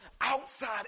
Outside